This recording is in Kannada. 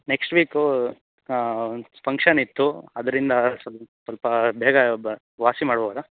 ನೆಕ್ಸ್ಟ್ ವೀಕೂ ಫಂಕ್ಷನ್ನಿತ್ತು ಅದರಿಂದ ಸ್ವಲ್ಪ ಸ್ವಲ್ಪ ಬೇಗ ವಾಸಿ ಮಾಡ್ಬೌದಾ